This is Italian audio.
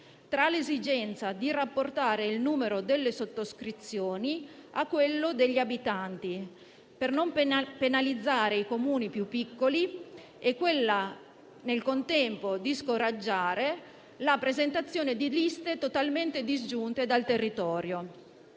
tra l'esigenza di rapportare il numero delle sottoscrizioni a quello degli abitanti per non penalizzare i Comuni più piccoli e quella, nel contempo, di scoraggiare la presentazione di liste totalmente disgiunte dal territorio.